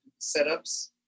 setups